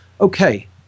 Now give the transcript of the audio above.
Okay